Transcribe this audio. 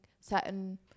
certain